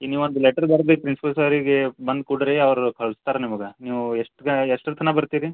ಈಗ ನೀವು ಒಂದು ಲೆಟ್ರು ಬರ್ದು ಪ್ರಿನ್ಸಿಪಾಲ್ ಸಾರಿಗೆ ಬಂದು ಕೊಡಿರಿ ಅವರು ಕಳ್ಸ್ತಾರೆ ನಿಮ್ಗೆ ನೀವು ಎಷ್ಟು ಗ ಎಷ್ಟರ ತನಕ ಬರ್ತೀರಿ